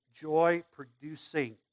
joy-producing